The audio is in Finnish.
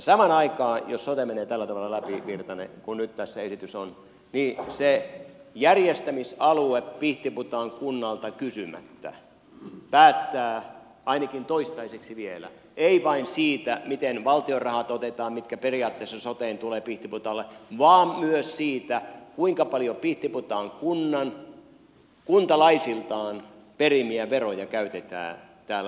samaan aikaan jos sote menee tällä tavalla läpi virtanen kuin nyt tässä esitys on niin se järjestämisalue pihtiputaan kunnalta kysymättä päättää ainakin toistaiseksi vielä ei vain siitä miten valtion rahat otetaan mitkä periaatteessa soteen tulevat pihtiputaalla vaan myös siitä kuinka paljon pihtiputaan kunnan kuntalaisiltaan perimiä veroja käytetään tällä sote alueella